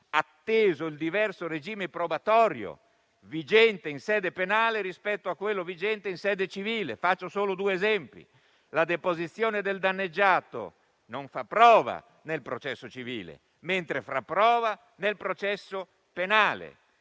atteso il diverso regime probatorio vigente in sede penale rispetto a quello vigente in sede civile. Faccio solo due esempi: la deposizione del danneggiato non fa prova nel processo civile, mentre fa prova nel processo penale;